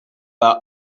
are